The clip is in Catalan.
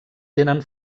tenen